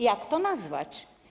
Jak to nazwać?